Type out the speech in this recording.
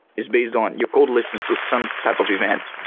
is based on your codeless and so some type of event.